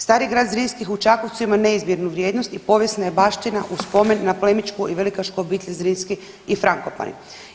Stari grad Zrinskih u Čakovcu ima neizmjernu vrijednost i povijesna je baština u spomen na plemićku i velikašku obitelj Zrinski i Frankopani.